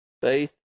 Faith